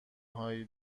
هایی